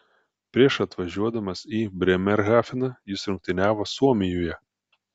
prieš atvažiuodamas į brėmerhafeną jis rungtyniavo suomijoje